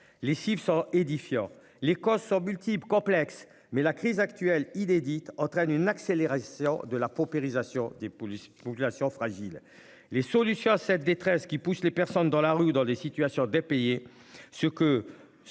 les chiffres sont édifiants. Les causes sont multiples, complexes, mais la crise actuelle inédite entraîne une accélération de la paupérisation des policiers populations fragiles. Les solutions à cette détresse qui poussent les personnes dans la rue, dans les situations de payer ce que